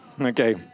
Okay